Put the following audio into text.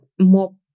more